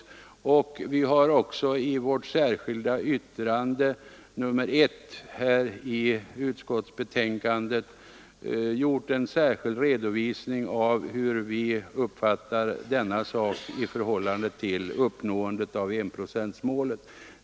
Vi folkpartister har också i vårt särskilda yttrande nr 1 vid finansutskottets betänkande nr 25 lämnat en särskild redovisning av hur vi uppfattar denna sak i förhållande till uppnåendet av enprocentsmålet.